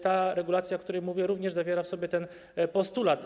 Ta regulacja, o której mówię, również zawiera w sobie ten postulat.